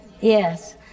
Yes